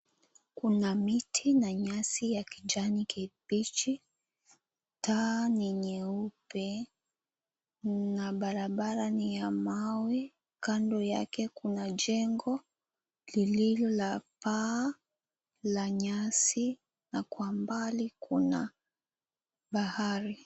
Kuna miti na nyasi ya kijani kibichi, taa ni nyeupe na barabara ni ya mawe, kando yake kuna jengo liliilo la paa la nyasi na kwa mbali kuna bahari.